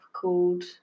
called